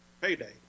payday